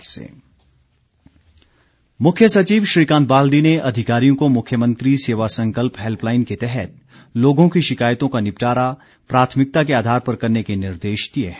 helpline मुख्य सचिव श्रीकांत बाल्दी ने अधिकारियों को मुख्यमंत्री सेवा संकल्प हैल्पलाईन के तहत लोगों की शिकायतों का निपटारा प्राथमिकता के आधार पर करने के निर्देश दिए हैं